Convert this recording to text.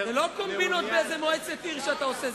זה לא קומבינות באיזו מועצת עיר שאתה עושה.